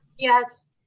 yes.